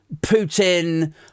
Putin